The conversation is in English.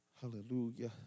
Hallelujah